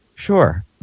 Sure